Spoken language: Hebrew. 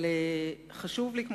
אבל חשוב לי,